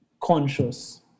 conscious